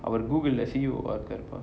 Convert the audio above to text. அவர்:avar google C_E_O இருக்காரு பா:irukaru paa